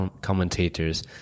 commentators